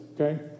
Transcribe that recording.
okay